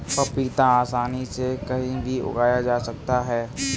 पपीता आसानी से कहीं भी उगाया जा सकता है